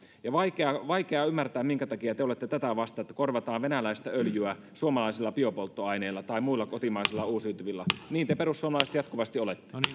vaikea vaikea ymmärtää minkä takia te olette tätä vastaan että korvataan venäläistä öljyä suomalaisilla biopolttoaineilla tai muilla kotimaisilla uusiutuvilla niin te perussuomalaiset jatkuvasti olette